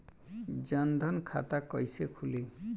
जनधन खाता कइसे खुली?